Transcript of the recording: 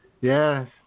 Yes